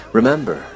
Remember